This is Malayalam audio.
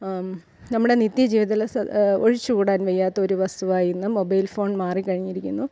നമ്മുടെ നിത്യജീവിതത്തിലെ സ ഒഴിച്ചുകൂടാൻ വയ്യാത്ത ഒരു വസ്തുവായി ഇന്ന് മൊബൈൽ ഫോൺ മാറി കഴിഞ്ഞിരിക്കുന്നു